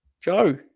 Joe